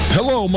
Hello